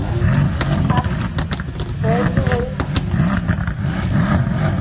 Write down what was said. हाँ बेड भी वही है